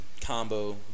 combo